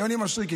יוני מישרקי,